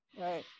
Right